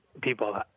people